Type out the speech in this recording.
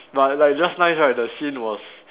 but like just nice right the scene was